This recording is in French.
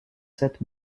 cette